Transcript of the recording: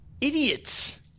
Idiots